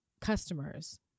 customers